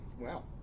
wow